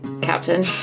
captain